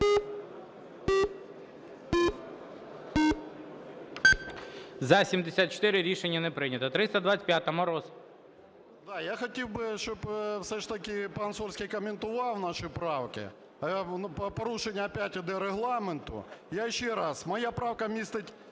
За-79 Рішення не прийнято. 321-а, Мороз.